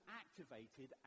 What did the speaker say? activated